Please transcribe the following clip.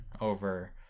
over